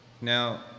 now